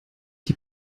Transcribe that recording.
die